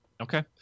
Okay